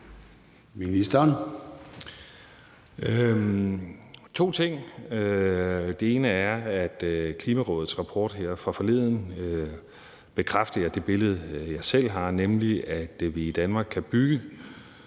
til. Det ene er, at Klimarådets rapport her fra forleden bekræfter det billede, jeg selv har, nemlig at vi i Danmark kan bygge